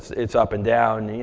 it's up and down.